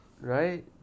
right